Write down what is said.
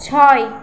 ছয়